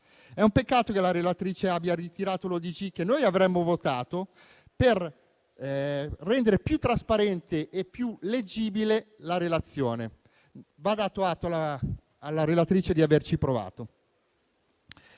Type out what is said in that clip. È un peccato che la relatrice abbia ritirato l'ordine del giorno che noi avremmo votato per rendere più trasparente e leggibile la relazione. Va dato atto alla relatrice di averci provato.